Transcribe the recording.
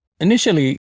initially